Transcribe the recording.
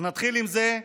אז נתחיל עם זה,